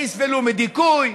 הם יסבלו מדיכוי,